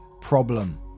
problem